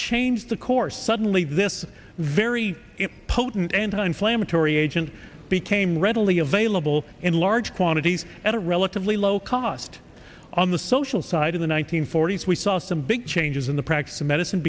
changed the course suddenly this very potent anti inflammatory agent became readily available in large quantities at a relatively low cost on the social side in the one nine hundred forty s we saw some big changes in the practice of medicine